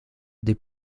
des